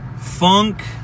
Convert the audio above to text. funk